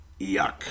Yuck